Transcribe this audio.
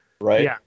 Right